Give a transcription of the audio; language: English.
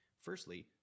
Firstly